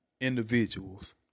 individuals